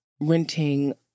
renting